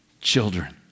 children